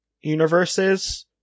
universes